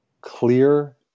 clear